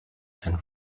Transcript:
and